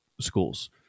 schools